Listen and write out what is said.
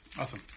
awesome